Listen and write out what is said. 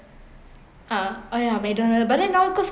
ah !aiya! mcdonald but then now cause